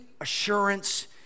assurance